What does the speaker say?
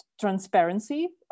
transparency